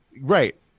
Right